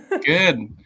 Good